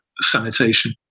sanitation